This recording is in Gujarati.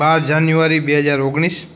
બાર જાન્યુઆરી બે હજાર ઓગણીસ